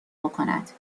بکند